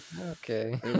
okay